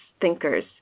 thinkers